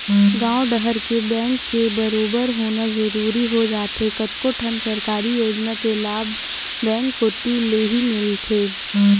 गॉंव डहर के बेंक के बरोबर होना जरूरी हो जाथे कतको ठन सरकारी योजना के लाभ बेंक कोती लेही मिलथे